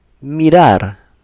Mirar